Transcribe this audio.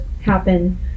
happen